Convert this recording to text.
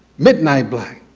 midnight black,